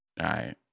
right